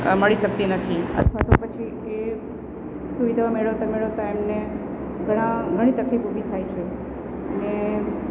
મળી શકતી નથી અથવા તો પછી એ સુવિધા મેળવતા મેળવતા એમને ઘણા ઘણી તકલીફ ઊભી થાય છે અને